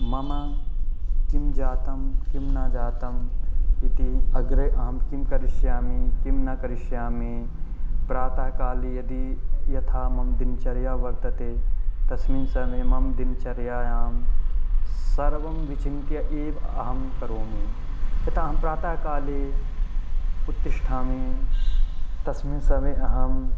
मम किं जातं किं न जातम् इति अग्रे अहं किं करिष्यामि किं न करिष्यामि प्रातःकाले यदि यथा मम दिनचर्या वर्तते तस्मिन् समये मम दिनचर्यायां सर्वं विचिन्त्य एव अहं करोमि यथा अहं प्रातःकाले उत्तिष्ठामि तस्मिन् समये अहं